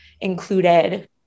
included